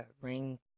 ring